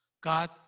God